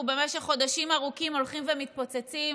במשך חודשים ארוכים הולכים ומתפוצצים,